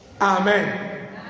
Amen